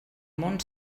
món